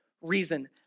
reason